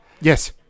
yes